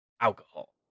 alcohol